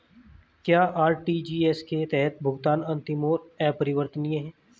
क्या आर.टी.जी.एस के तहत भुगतान अंतिम और अपरिवर्तनीय है?